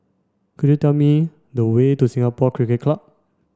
could you tell me the way to Singapore Cricket Club